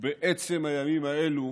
ובעצם הימים האלו